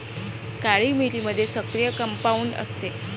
काळी मिरीमध्ये सक्रिय कंपाऊंड असते